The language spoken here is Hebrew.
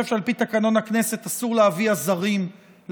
אני חושב שעל פי תקנון הכנסת אסור להביא עזרים לדוכן.